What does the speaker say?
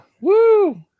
Woo